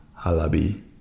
Halabi